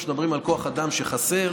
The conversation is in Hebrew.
כשמדברים על כוח אדם שחסר,